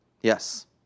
Yes